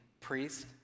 priest